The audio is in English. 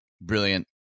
brilliant